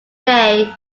may